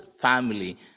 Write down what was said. family